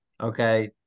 okay